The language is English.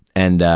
and,